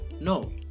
No